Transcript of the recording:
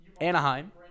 Anaheim